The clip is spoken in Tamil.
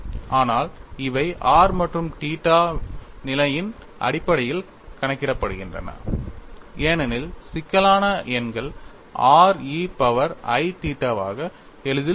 ஆனால் இவை r மற்றும் தீட்டா நிலையின் அடிப்படையில் கணக்கிடப்படுகின்றன ஏனெனில் சிக்கலான எண்கள் r e பவர் i தீட்டாவாக எளிதில் குறிக்கப்படுகின்றன